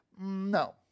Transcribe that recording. No